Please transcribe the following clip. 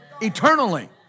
eternally